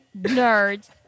nerds